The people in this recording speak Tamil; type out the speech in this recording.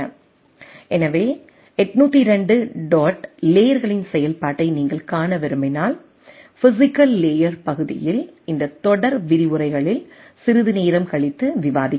எனவே 802 டாட் லேயர்களின் செயல்பாட்டை நீங்கள் காண விரும்பினால் பிஸிக்கல் லேயர் பகுதியில் இந்த தொடர் விரிவுரைகளில் சிறிது நேரம் கழித்து விவாதிக்கப்படும்